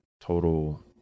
total